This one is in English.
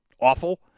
awful